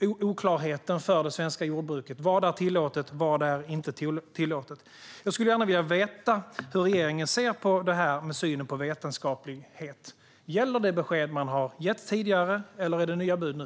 och oklarheten för det svenska jordbruket om vad som är tillåtet och vad som inte är tillåtet. Jag skulle gärna vilja veta hur regeringen ser på det här med synen på vetenskaplighet. Gäller det besked man har gett tidigare, eller är det nya bud nu?